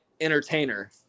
entertainer